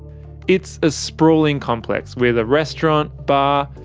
it's a sprawling complex with a restaurant, bar,